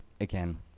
Again